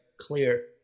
clear